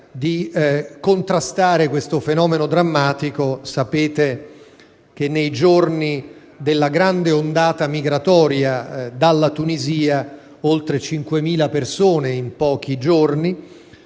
di contrastare questo fenomeno drammatico. Sapete che nei giorni della grande ondata migratoria dalla Tunisia (oltre 5.000 persone in pochi giorni)